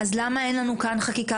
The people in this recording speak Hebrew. אז למה אין לנו כאן חקיקה